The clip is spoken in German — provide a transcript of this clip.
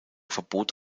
verbot